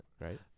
right